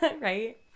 Right